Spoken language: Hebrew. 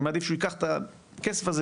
אני מעדיף שהוא ייקח את הכסף הזה,